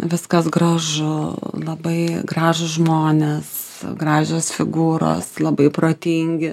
viskas gražu labai gražūs žmonės gražios figūros labai protingi